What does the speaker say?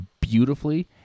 beautifully